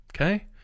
Okay